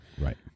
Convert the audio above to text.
Right